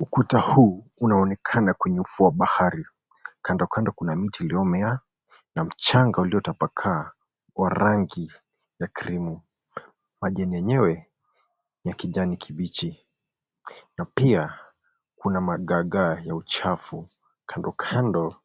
Ukuta huu unaonekana kwenye ufuo wa bahari. Kando kando kuna miti iliyomea na mchanga uliotapakaa wa rangi ya krimu. Majani yenyewe ya kijani kibichi, na pia kuna magagaa ya uchafu kando kando